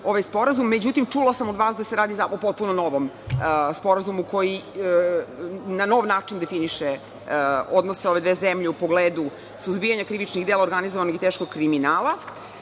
ovaj sporazum, međutim, čula sam od vas da se radi o potpuno novom sporazumu koji na nov način definiše odnos ove dve zemlje u pogledu suzbijanja krivičnih dela organizovanog i teškog kriminala.